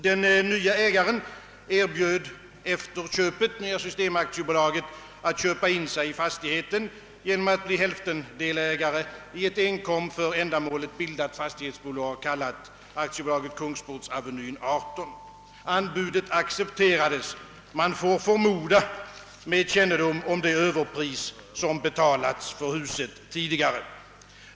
Den nye ägaren erbjöd efter köpet Nya System AB att köpa in sig i fastigheten genom att bli hälftendelägare i ett enkom för ändamålet bildat fastighetsbolag, kallat AB Kungsportsavenyn 18. Anbudet accepterades med — får man förmoda — kännedom om det överpris som tidigare betalats för huset.